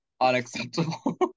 unacceptable